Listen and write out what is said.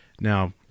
Now